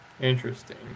Interesting